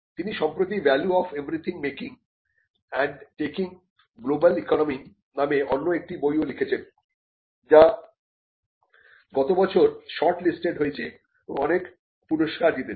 তিনি সম্প্রতি value of everything making and taking global economy নামে অন্য একটি বইও লিখেছেন যা গত বছর শর্ট লিস্টেড হয়েছে ও অনেক পুরস্কার জিতেছে